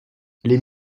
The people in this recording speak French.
les